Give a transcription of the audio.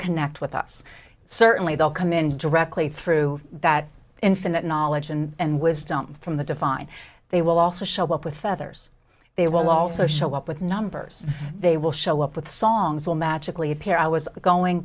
connect with us certainly they'll come in directly through that infinite knowledge and wisdom from the divine they will also show up with feathers they will also show up with numbers they will show up with songs will magically appear i was going